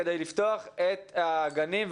כדי לפתוח את הגנים,